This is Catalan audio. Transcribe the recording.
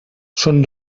són